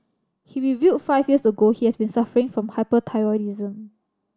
he revealed five years ago he has been suffering from hyperthyroidism